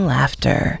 Laughter